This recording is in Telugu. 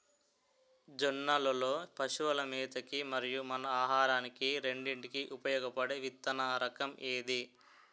జొన్నలు లో పశువుల మేత కి మరియు మన ఆహారానికి రెండింటికి ఉపయోగపడే విత్తన రకం ఏది?